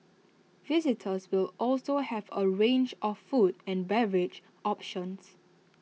visitors will also have A range of food and beverage options